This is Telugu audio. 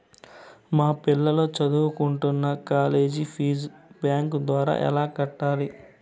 మా పిల్లలు సదువుకుంటున్న కాలేజీ ఫీజు బ్యాంకు ద్వారా ఎలా కట్టాలి?